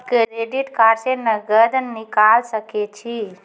Credit card से नगद निकाल सके छी?